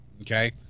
Okay